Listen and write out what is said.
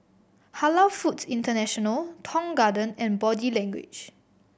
Halal Foods International Tong Garden and Body Language